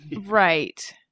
Right